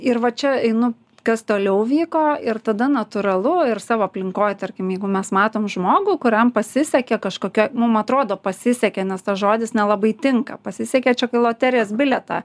ir va čia einu kas toliau vyko ir tada natūralu ir savo aplinkoj tarkim jeigu mes matom žmogų kuriam pasisekė kažkokioj mum atrodo pasisekė nes tas žodis nelabai tinka pasisekė čia kai loterijos bilietą